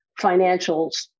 financials